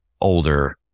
older